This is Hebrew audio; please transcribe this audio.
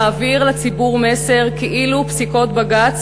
המעביר לציבור מסר כאילו פסיקות בג"ץ